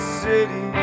city